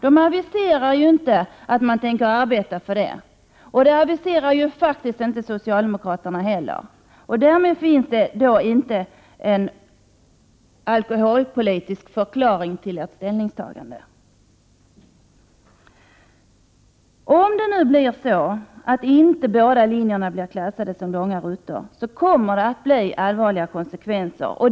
Vpk aviserar inte att man tänker arbeta för det, och det gör inte heller socialdemokraterna. Därmed finns det inte någon alkoholpolitisk förklaring till majoritetens ställningstagande. Om nu inte båda linjerna klassas som långa rutter blir konsekvenserna allvarliga.